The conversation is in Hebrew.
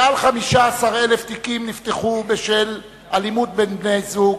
מעל 15,000 תיקים נפתחו בשל אלימות בין בני-זוג,